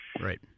Right